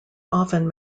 often